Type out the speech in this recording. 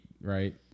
right